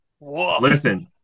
Listen